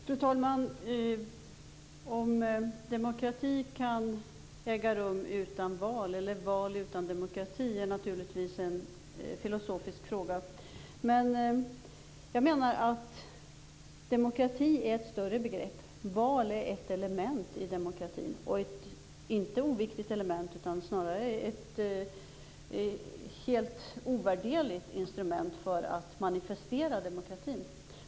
Fru talman! Om demokrati kan finnas utan val och val äga rum utan demokrati är naturligtvis en filosofisk fråga. Jag menar att demokrati är ett större begrepp. Val är ett inte oviktigt element i en demokrati - ett helt ovärderligt instrument för att manifestera demokratin.